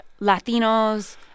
Latinos